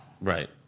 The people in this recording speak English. right